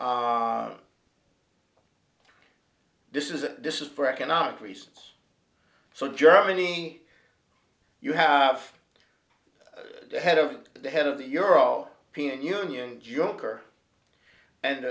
this is a this is for economic reasons so germany you have the head of the head of the euro peanut union junker and